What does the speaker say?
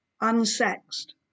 unsexed